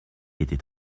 était